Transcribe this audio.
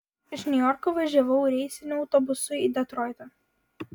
iš niujorko važiavau reisiniu autobusu į detroitą